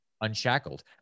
unshackled